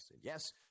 yes